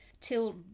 till